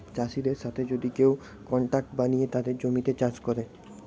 চাষিদের সাথে যদি কেউ কন্ট্রাক্ট বানিয়ে তাদের জমিতে চাষ করে